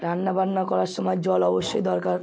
রান্না বান্না করার সময় জল অবশ্যই দরকার